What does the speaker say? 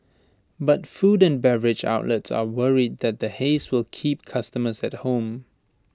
but food and beverage outlets are worried that the haze will keep customers at home